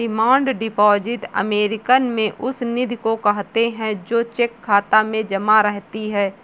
demand deposit American में उस निधि को कहते हैं जो चेक खाता में जमा रहती है